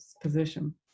position